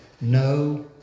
no